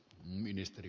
puhemies